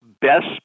best